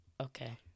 okay